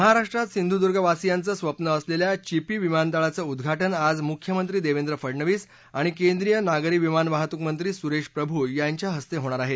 महाराष्ट्रात सिंधुद्गवासियांच स्वप्न असलेल चिपी विमानतळाच उद्घात आज मुख्यमंत्री देवेंद्र फडनवीस आणि केंद्रीय नागरी विमान वाहतूक मंत्री सुरेश प्रभू यांच्या हस्ते होणार आहे